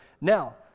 Now